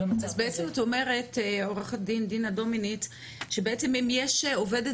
אז בעצם את אומרת עו"ד דינה דומיניץ שבעצם אם יש עובדת